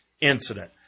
incident